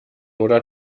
oder